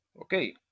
okay